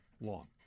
long